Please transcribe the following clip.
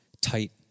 tight